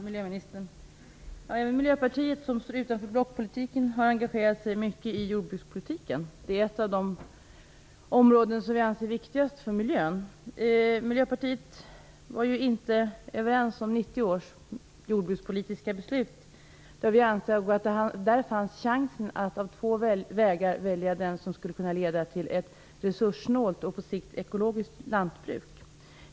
Fru talman! Även Miljöpartiet, som står utanför blockpolitiken, har engagerat sig mycket i jordbrukspolitiken. Det är ett av de områden som vi anser viktigast för miljön. Miljöpartiet var inte överens om 1990 års jordbrukspolitiska beslut. Det fanns två vägar att välja mellan. Vi ansåg att man skulle ta chansen att välja den väg som skulle kunna leda till ett resurssnålt och på sikt ekologiskt lantbruk.